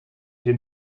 den